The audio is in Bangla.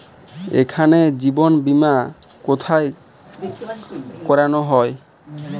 এখানে জীবন বীমা কোথায় করানো হয়?